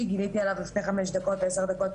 גיליתי על הדיון ועל המכתב הזה לפני חמש או עשר דקות,